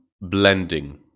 blending